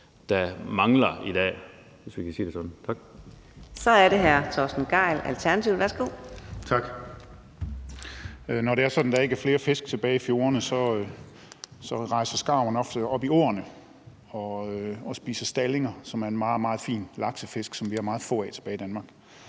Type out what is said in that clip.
(Karina Adsbøl): Så er det hr. Torsten Gejl, Alternativet. Værsgo. Kl. 13:45 Torsten Gejl (ALT): Tak. Når det er sådan, at der ikke er flere fisk tilbage i fjordene, så rejser skarverne ofte op i åerne og spiser stallinger, som er en meget, meget fin laksefisk, som vi har meget få tilbage af i Danmark.